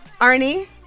Arnie